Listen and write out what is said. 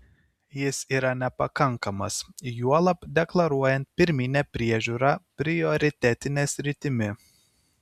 jis yra nepakankamas juolab deklaruojant pirminę priežiūrą prioritetine sritimi